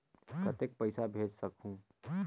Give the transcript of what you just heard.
कतेक पइसा भेज सकहुं?